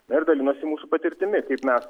na ir dalinosi mūsų patirtimi kaip mes